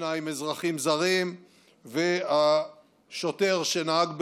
שניים אזרחים זרים והשוטר שנהג בגבורה,